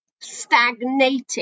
stagnating